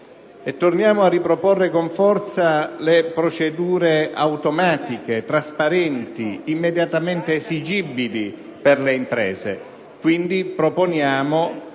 Torniamo inoltre a riproporre con forza procedure automatiche trasparenti immediatamente esigibili per le imprese